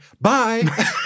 bye